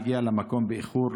שהגיעה למקום באיחור,